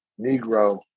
Negro